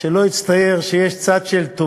כבוד